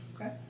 Okay